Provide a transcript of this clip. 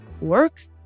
work